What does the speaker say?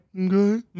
Okay